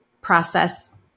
process